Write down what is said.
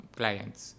clients